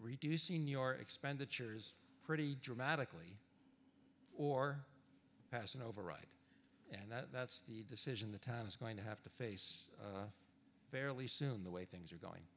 reducing your expenditures pretty dramatically or pass and override and that's the decision the town is going to have to face fairly soon the way things are going